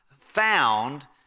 found